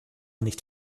nicht